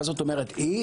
מה זאת אומרת אי?